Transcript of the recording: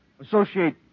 Associate